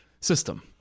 system